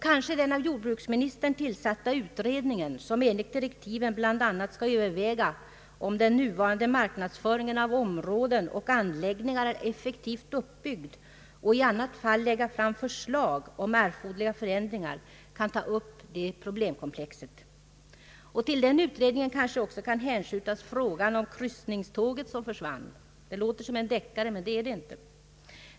Kanske den av jordbruksministern tillsatta utredningen, som enligt direktiven bl.a. skall överväga om den nuvarande marknadsföringen av områden och anläggningar är effektivt uppbyggd och i annat fall lägga fram förslag om erforderliga förändringar, kan ta upp detta problemkomplex. Till den utredningen kanske också kan hänskjutas frågan om kryssningståget som försvann. Det låter som en deckare, men så är det inte.